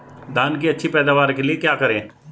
धान की अच्छी पैदावार के लिए क्या करें?